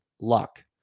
luck